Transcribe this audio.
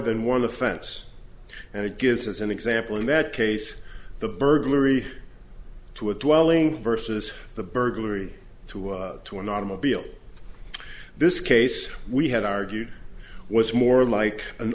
than one offense and it gives as an example in that case the burglary to a dwelling versus the burglary to to an automobile this case we had argued was more like an